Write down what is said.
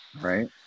right